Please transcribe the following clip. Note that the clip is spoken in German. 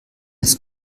ist